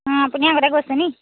অঁ আপুনি আগতে গৈছে নেকি